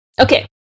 Okay